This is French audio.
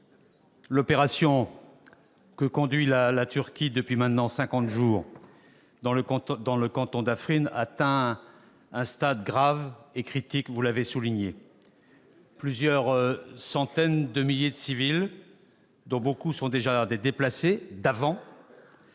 l'opération que conduit la Turquie depuis maintenant cinquante jours dans le canton d'Afrine atteint un stade grave et critique, vous l'avez souligné. Plusieurs centaines de milliers de civils, dont beaucoup sont déjà des déplacés,